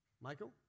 Michael